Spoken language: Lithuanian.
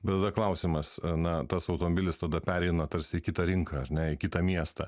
bet tada klausimas na tas automobilis tada pereina tarsi į kitą rinką ar ne į kitą miestą